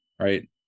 right